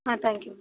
ஆ thank யூமா